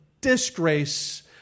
disgrace